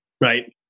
Right